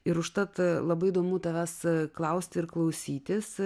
ir užtat labai įdomu tavęs klausti ir klausytis